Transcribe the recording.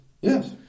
Yes